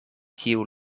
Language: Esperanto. kiu